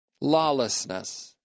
lawlessness